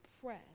press